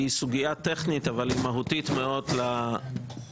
סוגיה טכנית אבל היא מהותית מאוד וקריטית מאוד לכל סיעות הבית.